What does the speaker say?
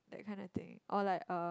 that kind of thing or like uh